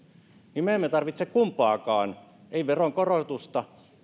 niin me emme tarvitse kumpaakaan ei veronkorotusta